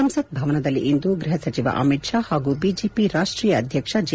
ಸಂಸತ್ ಭವನದಲ್ಲಿಂದು ಗೃಹ ಸಚಿವ ಅಮಿತ್ ಶಾ ಹಾಗೂ ಬಿಜೆಪಿ ರಾಷ್ವೀಯ ಅಧ್ಯಕ್ಷ ಜೆ